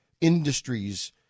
industries